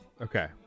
Okay